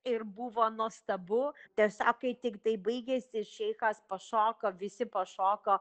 ir buvo nuostabu tiesiog kai tik tai baigėsi šeichas pašoko visi pašoko